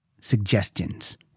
suggestions